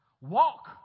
walk